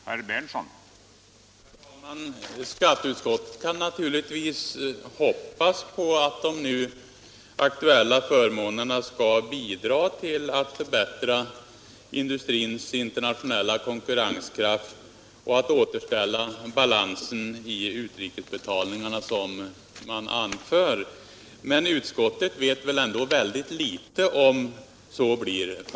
Herr talman! Skatteutskottet kan naturligtvis hoppas på att de nu aktuella förmånerna skall bidra till att förbättra industrins internationella konkurrenskraft och till att återställa balansen i utrikesbetalningarna, som man anför. Men om så blir fallet vet utskottet ändå mycket litet om.